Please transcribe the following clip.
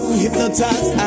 hypnotized